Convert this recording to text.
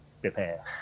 prepare